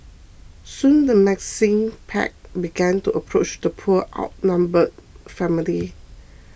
soon the menacing pack began to approach the poor outnumbered family